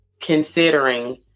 considering